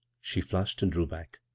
she flushed and drew back.